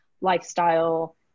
lifestyle